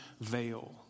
veil